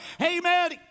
amen